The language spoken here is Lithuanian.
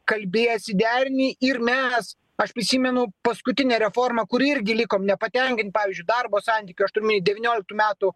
kalbiesi derini ir mes aš prisimenu paskutinę reformą kur irgi likom nepatenkinti pavyzdžiui darbo santykių aš turiu omeny devynioliktų metų